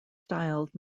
styled